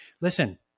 Listen